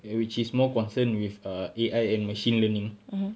which is more concern with err A_I and machine learning